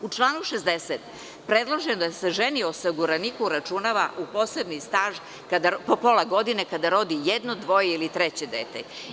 U članu 60. predloženo da se ženi osiguraniku uračunava u posebni staž po pola godine kada rodi jedno, dvoje ili treće dete.